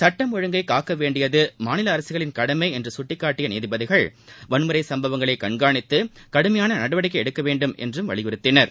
சுட்டம் ஒழுங்கை காக்க வேண்டியது மாநில அரசுகளின் கடமை என்று கட்டிக்காட்டிய நீதிபதிகள் வன்முறைக் சம்பவங்களை கண்காணித்து கடுமையான நடவடிக்கை எடுக்க வேண்டும் என்றும் வலியுறுத்தினர்